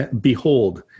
behold